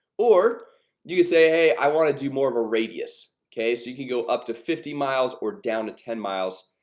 or do you say hey? i want to do more of a radius okay, so you can go up to fifty miles or down to ten miles,